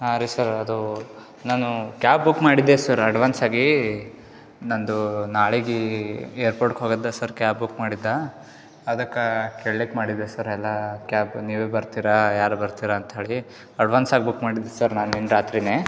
ಹಾಂ ರೀ ಸರ್ ಅದು ನಾನು ಕ್ಯಾಬ್ ಬುಕ್ ಮಾಡಿದ್ದೆ ಸರ್ ಅಡ್ವಾನ್ಸ್ ಆಗಿ ನನ್ನದು ನಾಳಿಗೆ ಏರ್ಪೋಟ್ ಹೋಗದ್ದ ಸರ್ ಕ್ಯಾಬ್ ಬುಕ್ ಮಾಡಿದ್ದೆ ಅದಕ್ಕೆ ಕೇಳ್ಲಿಕ್ಕೆ ಮಾಡಿದ್ದೆ ಸರ್ ಎಲ್ಲ ಕ್ಯಾಬ್ ನೀವೇ ಬರ್ತೀರಾ ಯಾರು ಬರ್ತೀರಾ ಅಂತ ಹೇಳಿ ಅಡ್ವಾನ್ಸ್ ಆಗಿ ಬುಕ್ ಮಾಡಿದ್ದೆ ಸರ್ ನಾನು ನಿನ್ನೆ ರಾತ್ರಿನೇ